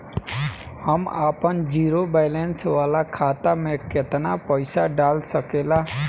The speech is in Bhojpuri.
हम आपन जिरो बैलेंस वाला खाता मे केतना पईसा डाल सकेला?